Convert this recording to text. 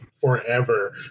forever